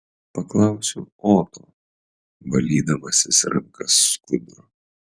paklausiu oto valydamasis rankas skuduru